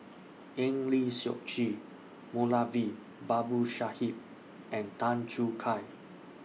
Eng Lee Seok Chee Moulavi Babu Sahib and Tan Choo Kai